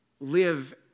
live